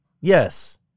Yes